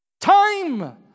Time